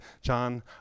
John